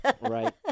right